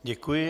Děkuji.